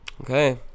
Okay